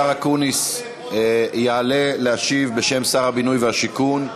השר אקוניס יעלה להשיב בשם שר הבינוי והשיכון,